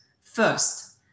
First